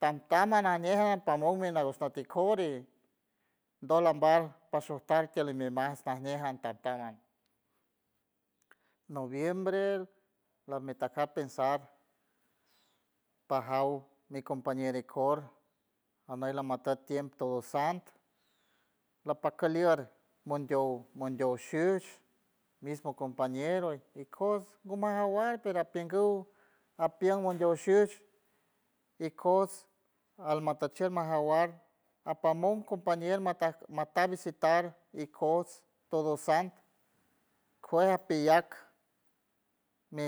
Tamtamha najñe pamon mi nagush nüt ikor y dolambar pa sustar tiel animas najñe tamtamha, noviembre lamar taca pensar pajaw mi compañero ikor aney lamateck tiem todo santo lapac kalier mondiow mondiow shush mismo compañero ikos ngu majawar pero apinguw apien mondiew shush ikojts almatachier amajawar apamon compañero mataj matar visitar ikojts todo santo kuej ajpiyac mi